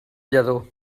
lladó